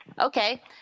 Okay